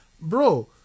bro